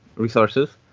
resources.